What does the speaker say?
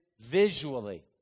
visually